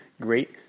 great